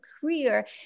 career